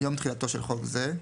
- יום תחילתו של חוק זה,